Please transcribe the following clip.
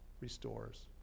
restores